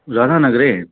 राधानगरे